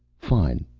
fine.